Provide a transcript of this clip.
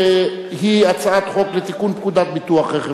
שהיא הצעת חוק לתיקון פקודת ביטוח רכב